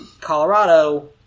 Colorado